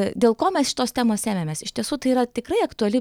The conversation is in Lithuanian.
dėl ko mes šitos temos ėmėmės iš tiesų tai yra tikrai aktuali